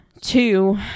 two